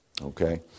okay